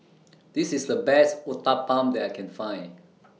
This IS The Best Uthapam that I Can Find